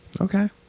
okay